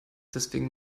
deswegen